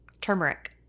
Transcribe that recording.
Turmeric